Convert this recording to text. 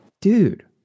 dude